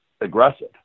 aggressive